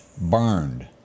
burned